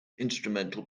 instrumental